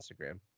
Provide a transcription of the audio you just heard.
Instagram